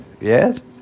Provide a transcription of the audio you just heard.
Yes